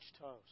toast